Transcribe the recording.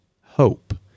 hope